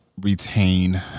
retain